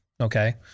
Okay